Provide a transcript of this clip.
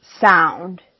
sound